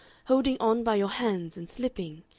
holding on by your hands and slipping.